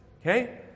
Okay